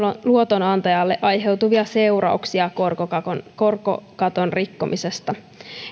luotonantajalle aiheutuvia seurauksia korkokaton korkokaton rikkomisesta